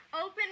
Open